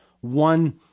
one